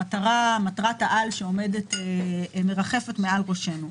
מטרת העל שמרחפת מעל ראשנו.